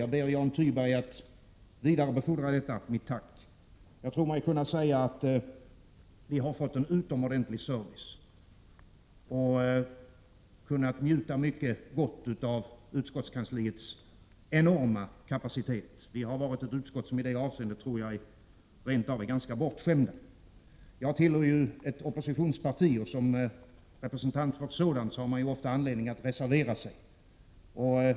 Jag ber Jan Thyberg att vidarebefordra detta mitt tack. Jag tror mig kunna säga att vi har fått en utomordentlig service och kunnat njuta mycket gott av utskottskansliets enorma kapacitet. Vi har varit ett utskott som i det avseendet rent av varit ganska bortskämt. Jag tillhör ett oppositionsparti, och som representant för ett sådant har man ofta anledning att reservera sig.